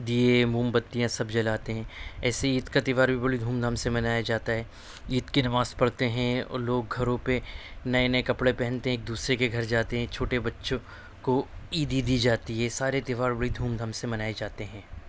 دیے موم بتیاں سب جلاتے ہیں ایسے ہی عید کا تیوہار بھی بڑی دھوم دھام سے منایا جاتا ہے عید کی نماز پڑھتے ہیں اور لوگ گھروں پہ نئے نئے کپڑے پہنتے ہیں ایک دوسرے کے گھر جاتے ہیں چھوٹے بچوں کو عیدی دی جاتی ہے سارے تیوہار بڑی دھوم دھام سے منائے جاتے ہیں